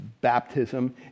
baptism